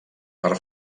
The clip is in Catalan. per